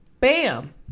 bam